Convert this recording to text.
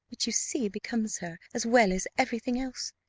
which, you see, becomes her as well as everything else.